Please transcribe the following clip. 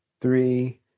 three